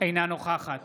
אינה נוכחת